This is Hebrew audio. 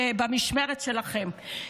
במשמרת שלכם,